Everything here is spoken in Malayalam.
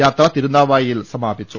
യാത്ര തിരുന്നാവായയിൽ സമാപിച്ചു